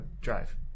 Drive